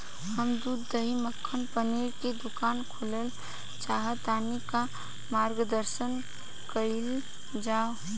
हम दूध दही मक्खन पनीर के दुकान खोलल चाहतानी ता मार्गदर्शन कइल जाव?